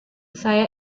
saya